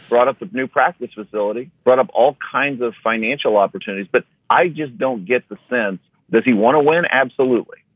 brought up of new practice facility, run but up all kinds of financial opportunities. but i just don't get the sense that he want to win. absolutely.